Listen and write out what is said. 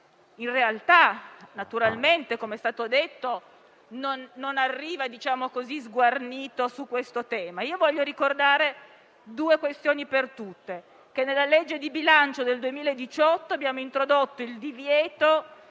in realtà, com'è stato detto, non arriva sguarnito su questo tema. Voglio ricordare due questioni per tutte: nella legge di bilancio del 2018 abbiamo introdotto il divieto